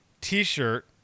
T-shirt